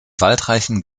waldreichen